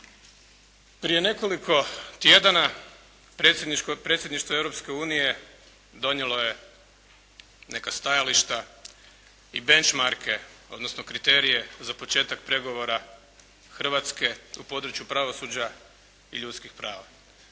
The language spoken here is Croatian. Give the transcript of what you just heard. Prije nekoliko tjedana predsjedništvo Europske unije donijelo je neka stajališta i benchmark, odnosno kriterije za početak pregovora Hrvatske u području pravosuđa i ljudskih prava.